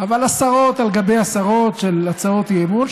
אבל עשרות על גבי עשרות של הצעות אי-אמון,